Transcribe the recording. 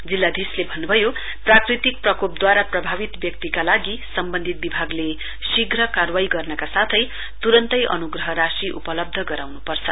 जिल्लाधीशले भन्नभयो प्राकृतिक प्रकोपद्वारा प्रभावित व्यक्तिका लागि सम्वन्धित विभागले शीघ्र कार्वाई गर्नका साथै तुरन्तै अनुग्रह राशि उपलब्ध गराउनपर्छ